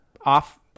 off